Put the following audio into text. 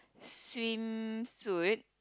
swimsuit